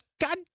God